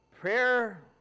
Prayer